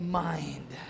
mind